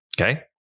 Okay